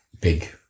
big